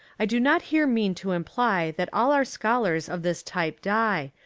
i do not here mean to imply that all our schol ars of this type die,